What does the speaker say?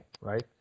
Right